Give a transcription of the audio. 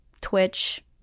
Twitch